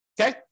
Okay